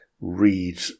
read